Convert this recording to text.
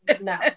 No